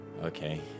Okay